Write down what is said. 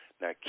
Now